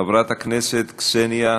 חברת הכנסת קסניה סבטלובה,